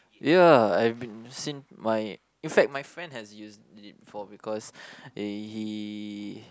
ya I've been seen my in fact my friend has used it before because he he